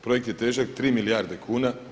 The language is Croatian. Projekt je težak 3 milijarde kuna.